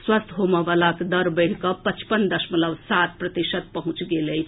स्वस्थ होबय वलाक दर बढ़ि कऽ पचपन दशमलव सात प्रतिशत पहुंचि गेल अछि